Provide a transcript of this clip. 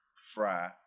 fry